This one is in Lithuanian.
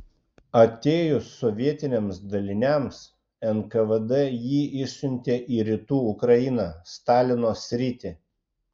atėjus sovietiniams daliniams nkvd jį išsiuntė į rytų ukrainą stalino sritį